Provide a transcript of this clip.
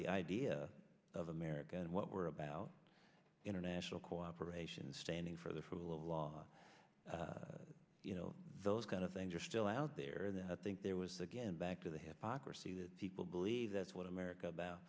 the idea of america and what we're about international cooperation and standing for the rule of law you know those kind of things are still out there that i think there was again back to the hypocrisy that people believe that's what america about